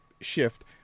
shift